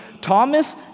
Thomas